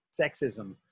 sexism